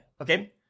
okay